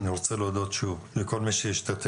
אני שוב רוצה להודות לכל מי שישתתף,